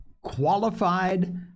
qualified